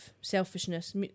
selfishness